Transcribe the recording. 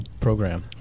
program